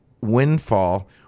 windfall